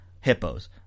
Hippos